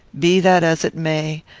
be that as it may,